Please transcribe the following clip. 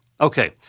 Okay